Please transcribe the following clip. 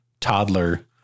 toddler